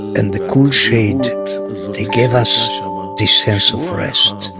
and the cool shade, they gave us this sense of rest,